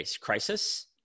crisis